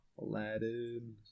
Aladdin